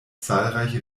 zahlreiche